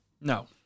No